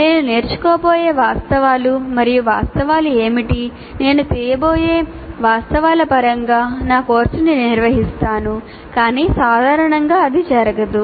నేను నేర్చుకోబోయే వాస్తవాలు మరియు వాస్తవాలు ఏమిటి నేను తీయబోయే వాస్తవాల పరంగా నా కోర్సును నిర్వహిస్తాను కాని సాధారణంగా అది జరగదు